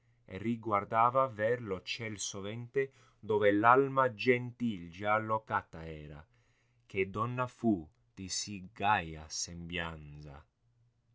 riguardava ver lo ciel sovente dove palma gentil già locata era che donna fu di si gaia sembianfa